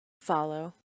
Follow